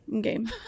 Game